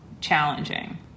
challenging